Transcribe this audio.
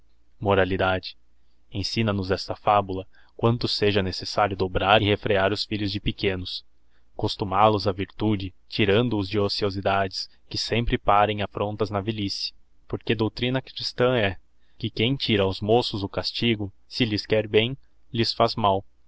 moralidadf unsina nos esta fabula quanto seja necessário dobrar e refrear os filhos de pequenos costumalos á virtude tirando-os de ociosidades que sempre parem aífrontas na velhice porque doutrina christã he que quem tira aos moços o castir o se lhes quer bem lhes faz mal